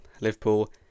Liverpool